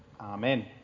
Amen